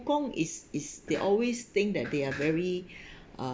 kong is is they always think that they are very uh